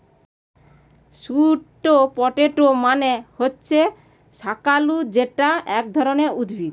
sweet potato মানে হচ্ছে শাকালু যেটা এক ধরণের উদ্ভিদ